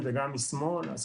אתם לא מכירים כזה דיון שנערך?